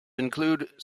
include